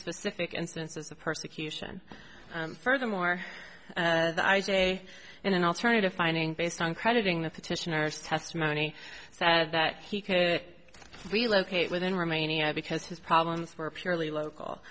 specific instances of persecution furthermore i day in an alternative finding based on crediting the petitioners testimony said that he could relocate within romania because his problems were purely local